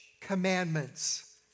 commandments